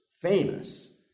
famous